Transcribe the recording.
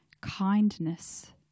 kindness